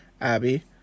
Abby